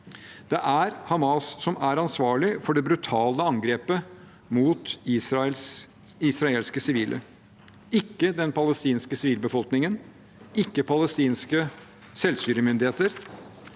Det er Hamas som er ansvarlig for det brutale angrepet mot israelske sivile – ikke den palestinske sivilbefolkningen, ikke palestinske selvstyremyndigheter.